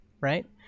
right